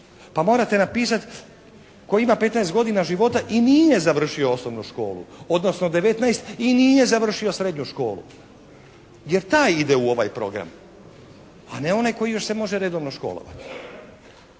Pa morate napisati tko ima 15 godina života i nije završio osnovnu školu. Odnosno 19 i nije završio srednju školu. Jer taj ide u ovaj program. A ne onaj koji još se može redovno školovati.